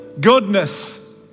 goodness